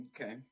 Okay